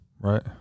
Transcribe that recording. Right